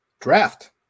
draft